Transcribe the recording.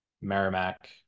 Merrimack